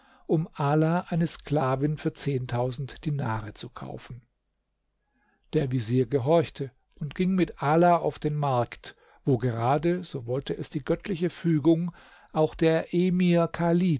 um ala eine sklavin für zehntausend dinare zu kaufen der vezier gehorchte und ging mit ala auf den markt wo gerade so wollte es die göttliche fügung auch der emir